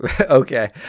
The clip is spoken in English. Okay